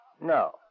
No